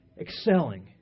excelling